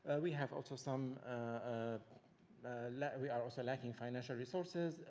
and we have also some ah like we are also lacking financial resources,